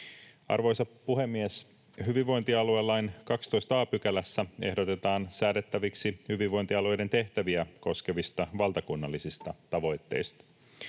Arvoisa puhemies! Hyvinvointialuelain 12 a §:ssä ehdotetaan säädettäväksi hyvinvointialueiden tehtäviä koskevista valtakunnallisista tavoitteista.